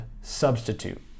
substitute